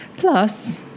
Plus